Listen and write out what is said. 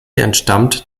entstammt